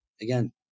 again